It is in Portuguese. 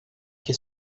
que